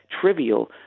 trivial